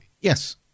yes